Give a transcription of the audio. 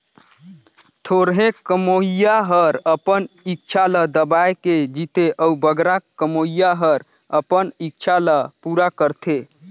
थोरहें कमोइया हर अपन इक्छा ल दबाए के जीथे अउ बगरा कमोइया हर अपन इक्छा ल पूरा करथे